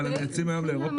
אבל הם מייצאים היום לאירופה?